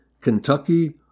Kentucky